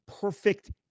perfect